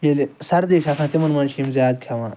ییٚلہِ سردی چھِ آسان تمن مَنٛز چھِ یِم زیاد کھیٚوان